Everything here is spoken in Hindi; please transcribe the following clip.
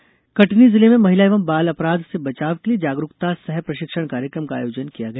बाल अपराध कटनी कटनी जिले में महिला एवं बाल अपराध से बचाव के लिये जागरूकता सह प्रशिक्षण कार्यकम का आयोजन किया गया